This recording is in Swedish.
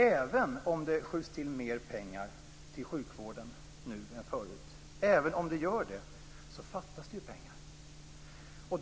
Även om det skjuts till mera pengar till sjukvården nu än förut fattas det ju pengar.